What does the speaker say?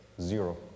Zero